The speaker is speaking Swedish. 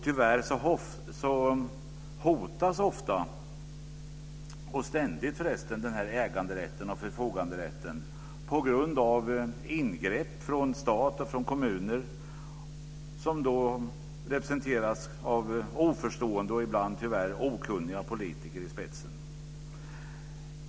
Tyvärr hotas ständigt den här äganderätten och förfoganderätten av ingrepp från stat och kommuner, med oförstående och ibland tyvärr okunniga politiker i spetsen.